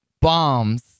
bombs